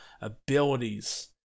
abilities